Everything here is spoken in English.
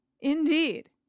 indeed